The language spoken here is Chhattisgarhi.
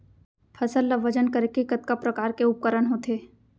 फसल ला वजन करे के कतका प्रकार के उपकरण होथे?